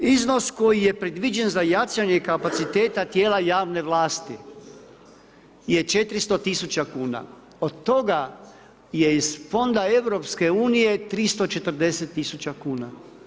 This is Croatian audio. Iznos koji je predviđen za jačanje kapaciteta tijela javne vlasti je 400000 kn, od toga je iz fonda EU, 340000 kn.